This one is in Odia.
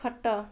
ଖଟ